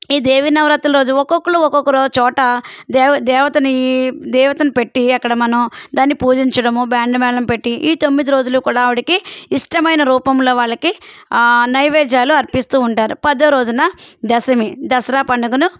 ఈ దేవి నవరాత్రుల రోజు ఒక్కొక్కళ్ళు ఒక్కొక్కరు చోట దేవతనీ దేవతని పెట్టి అక్కడ మనం దాన్ని పూజించడం బ్యాండ్ మేళం పెట్టి ఈ తొమ్మిది రోజులు కూడా ఆవిడకి ఇష్టమైన రూపంలో వాళ్ళకి నైవేద్యాలు అర్పిస్తూ ఉంటారు పదో రోజున దశమి దసరా పండగను